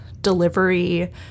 delivery